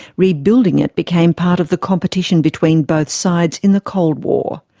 rebuilding it became part of the competition between both sides in the cold war.